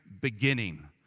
beginning